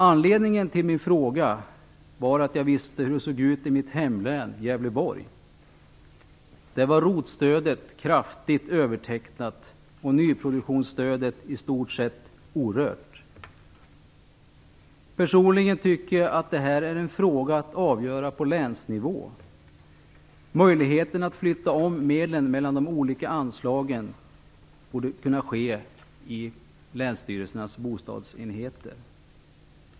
Anledningen till min fråga var att jag visste hur det såg ut i mitt hemlän, Gävleborgs län. Där var ROT-stödet kraftigt övertecknat och nyproduktionsstödet i stort sett orört. Jag tycker personligen att detta är en fråga som bör avgöras på länsnivå. Möjligheten att flytta om medlen mellan de olika anslagen borde finnas på länsstyrelsernas bostadsenheter.